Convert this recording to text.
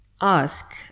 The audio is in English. ask